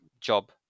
job